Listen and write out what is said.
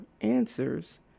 answers